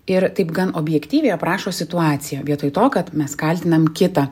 ir taip gan objektyviai aprašo situaciją vietoj to kad mes kaltinam kitą